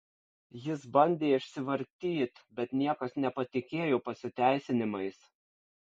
jis bandė išsivartyt bet niekas nepatikėjo pasiteisinimais